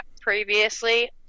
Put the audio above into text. previously